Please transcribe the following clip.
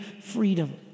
freedom